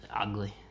ugly